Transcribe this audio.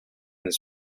his